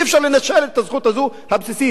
אי-אפשר לנשל את הזכות הזאת הבסיסית.